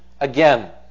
again